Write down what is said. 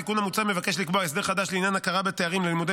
התיקון המוצע מבקש לקבוע הסדר חדש לעניין הכרה בתארים ללימודי